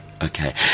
Okay